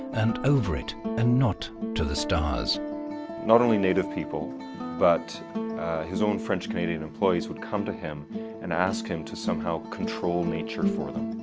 and over it and not to the stars not only native people but his own french-canadian employees would come to him and ask him to somehow control nature for them.